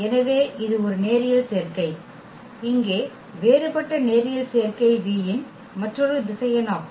எனவே இது ஒரு நேரியல் சேர்க்கை இங்கே வேறுபட்ட நேரியல் சேர்க்கை v ன் மற்றொரு திசையன் ஆகும்